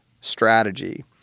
strategy